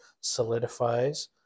solidifies